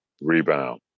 rebound